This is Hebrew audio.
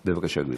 בבקשה, גברתי.